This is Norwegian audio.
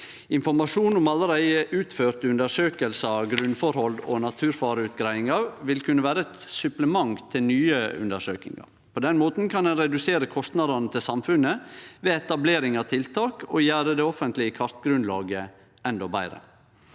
Informasjon om allereie utførte undersøkingar av grunnforhold og naturfareutgreiingar vil kunne vere eit supplement til nye undersøkingar. På den måten kan ein redusere kostnadene til samfunnet ved etablering av tiltak og gjere det offentlege kartgrunnlaget endå betre,